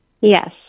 Yes